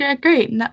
great